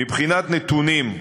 מבחינת נתונים,